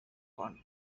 con